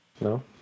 No